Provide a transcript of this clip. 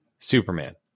Superman